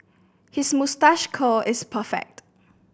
his moustache curl is perfect